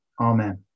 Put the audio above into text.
Amen